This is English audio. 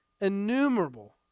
innumerable